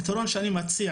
הפתרון שאני מציע,